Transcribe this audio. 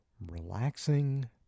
relaxing